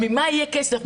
ממה יהיה כסף?